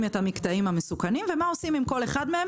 את המקטעים ומה עושים עם כל אחד מהם.